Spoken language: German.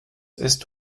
ist